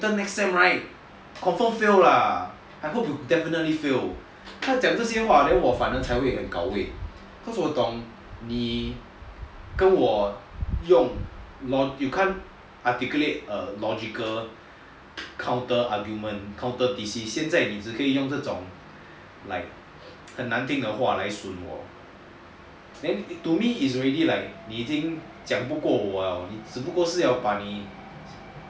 your intern next sem right confirm fail lah I hope you definitely fail 她讲这些话 then 我反而才会很 gao wei cause 我懂你跟我用 logic you can't articulate a logical counter argument counter thesis 现在你只可以用这种 like 很难听的话来 shoot 我 then to me it's already like 你已经讲不过我了你只不过是要把你